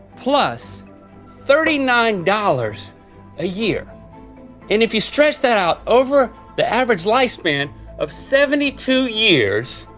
plus thirty nine dollars a year. and if you stretch that out over the average lifespan of seventy two years,